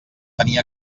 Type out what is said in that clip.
tenir